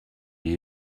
die